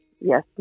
Yes